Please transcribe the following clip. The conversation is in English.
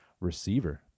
receiver